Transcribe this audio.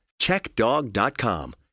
CheckDog.com